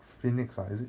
phoenix ah is it